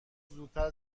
زودتر